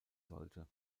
sollte